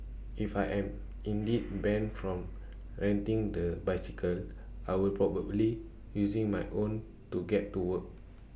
if I am indeed banned from renting the bicycle I will probably using my own to get to work